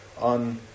on